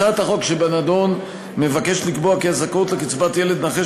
הצעת החוק שבנדון מבקשת לקבוע כי הזכאות לקצבת ילד נכה